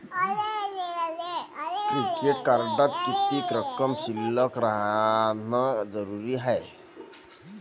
Credit कार्डात किती रक्कम शिल्लक राहानं जरुरी हाय?